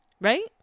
Right